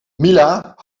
mila